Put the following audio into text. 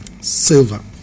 Silver